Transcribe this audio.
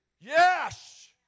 Yes